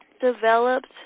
developed